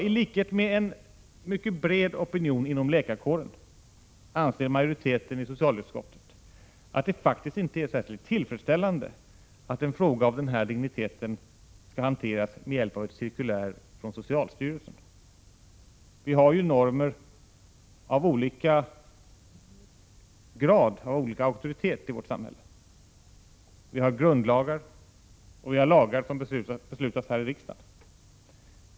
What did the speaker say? I likhet med en mycket bred opinion inom läkarkåren anser majoriteten i socialutskottet att det faktiskt inte är särskilt tillfredsställande att en fråga av denna dignitet skall hanteras med hjälp av ett cirkulär från socialstyrelsen. Vi har ju normer av olika grad och olika auktoritet i vårt samhälle. Vi har grundlagar och lagar som beslutas här i riksdagen.